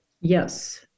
Yes